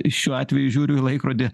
šiuo atveju žiūriu į laikrodį